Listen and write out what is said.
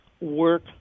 work